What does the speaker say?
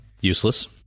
useless